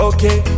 Okay